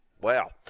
Wow